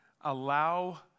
allow